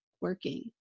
working